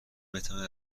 بتوانید